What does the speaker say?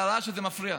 הרעש הזה מפריע.